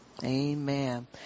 Amen